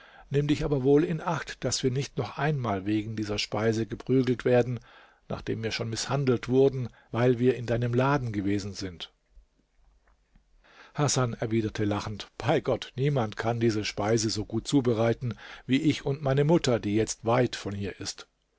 nimm dich aber wohl in acht daß wir nicht noch einmal wegen dieser speise geprügelt werden nachdem wir schon mißhandelt wurden weil wir in deinem laden gewesen sind hasan erwiderte lachend bei gott niemand kann diese speise so gut zubereiten wie ich und meine mutter die jetzt weit von hier ist